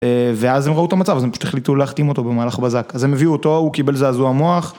ואז הם ראו את המצב, אז הם פשוט החליטו להחתים אותו במהלך בזק. אז הם הביאו אותו, הוא קבל זעזוע מוח